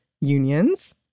unions